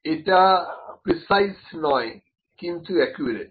এটাকোয়াড্রেন্ট 1 precise নয় কিন্তু accurate